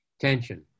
Tension